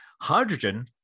Hydrogen